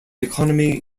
economy